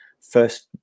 first